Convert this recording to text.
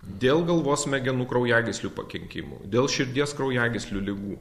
dėl galvos smegenų kraujagyslių pakenkimų dėl širdies kraujagyslių ligų